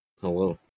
Hello